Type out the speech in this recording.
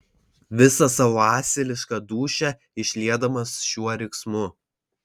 visą savo asilišką dūšią išliedamas šiuo riksmu